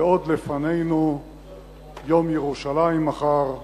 ועוד לפנינו יום ירושלים מחר,